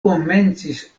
komencis